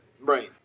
Right